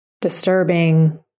disturbing